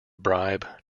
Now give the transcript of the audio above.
bribe